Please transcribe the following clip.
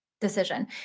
decision